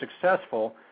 successful